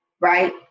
right